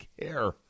care